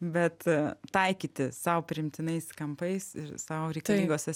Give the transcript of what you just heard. bet taikyti sau priimtinais kampais ir sau reikalingose